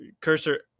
cursor